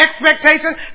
expectations